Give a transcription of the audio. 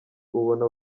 ubona